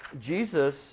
Jesus